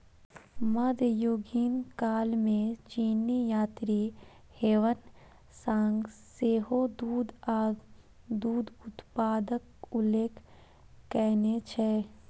मध्ययुगीन काल मे चीनी यात्री ह्वेन सांग सेहो दूध आ दूध उत्पादक उल्लेख कयने छै